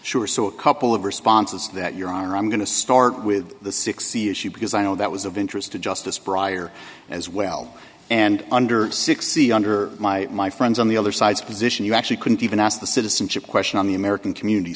sure so a couple of responses that your honor i'm going to start with the sixty issue because i know that was of interest to justice prior as well and under six c under my my friends on the other side's position you actually couldn't even ask the citizenship question on the american community